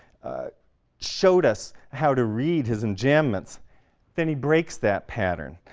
showed us how to read his enjambments than he breaks that pattern.